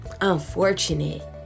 unfortunate